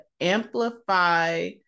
amplify